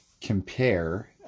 compare